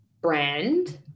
brand